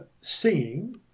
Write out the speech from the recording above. singing